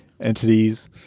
entities